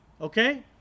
okay